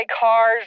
car's